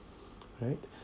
right